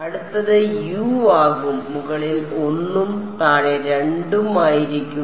അടുത്തത് U ആകും മുകളിൽ 1 ഉം താഴെ 2 ഉം ആയിരിക്കും